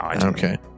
okay